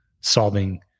solving